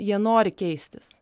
jie nori keistis